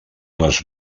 les